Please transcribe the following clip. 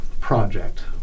project